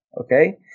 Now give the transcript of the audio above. Okay